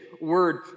word